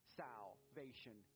salvation